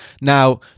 Now